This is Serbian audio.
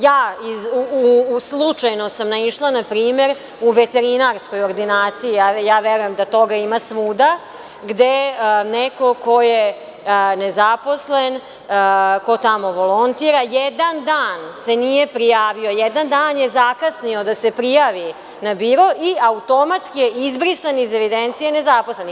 Ja sam slučajno naišla na primer u veterinarskoj ordinaciji, a verujem da toga ima svuda, gde neko ko je nezaposlen, ko tamo volontira, jedan dan se nije prijavio, jedan dan je zakasnio da se prijavi na biro i automatski je izbrisan iz evidencije nezaposlenih.